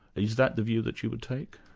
is that the view that you would take?